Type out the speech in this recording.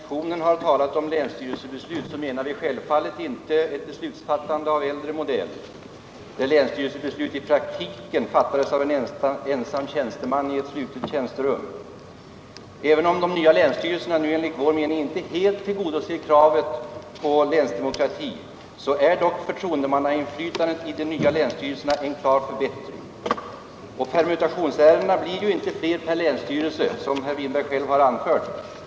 Herr talman! När vi i motionen har talat om länsstyrelsebeslut menar vi självfallet inte ett beslutsfattande av äldre modell, där länsstyrelsebeslut i praktiken fattades av en ensam tjänsteman i ett slutet tjänsterum. Även om de nya länsstyrelserna nu enligt vår mening inte helt tillgodoser kravet på länsdemokrati, så är dock förtroendemannainflytandet i länsstyrelserna en klar förbättring. Och permutationsärendena blir ju ganska få per länsstyrelse, som herr Winberg själv har anfört.